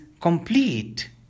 Complete